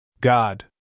God